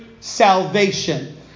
salvation